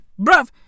Bruv